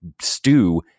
stew